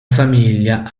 famiglia